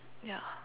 ya